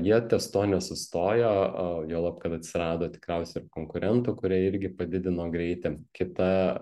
jie ties tuo nesustojo a juolab kad atsirado tikriausia ir konkurentų kurie irgi padidino greitį kita